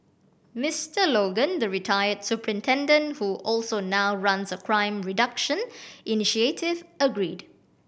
Mister Logan the retired superintendent who also now runs a crime reduction initiative agreed